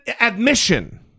admission